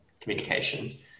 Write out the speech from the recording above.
communication